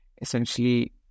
essentially